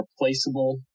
replaceable